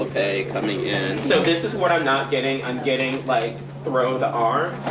coming in. so this is what i'm not getting. i'm getting like throw the arms.